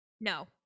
No